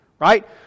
Right